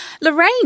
Lorraine